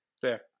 Fair